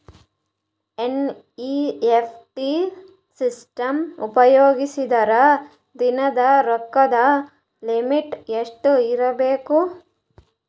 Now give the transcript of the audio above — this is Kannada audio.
ಎನ್.ಇ.ಎಫ್.ಟಿ ಸಿಸ್ಟಮ್ ಉಪಯೋಗಿಸಿದರ ದಿನದ ರೊಕ್ಕದ ಲಿಮಿಟ್ ಎಷ್ಟ ಇರಬೇಕು?